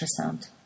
ultrasound